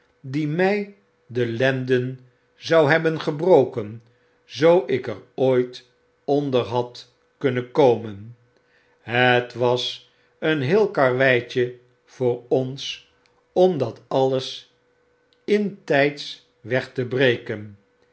die my delenden zou hebben gebroken zoo ik er ooit onder had kunnen komen het was een heel karweitje voor ons om dat alles intyds weg te breken